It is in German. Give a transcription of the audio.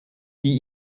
die